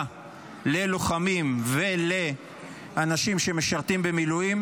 בקבלה למוסדות אקדמיים ללוחמים ולאנשים שמשרתים במילואים.